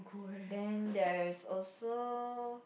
then there is also